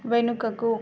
వెనుకకు